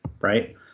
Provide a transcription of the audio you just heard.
right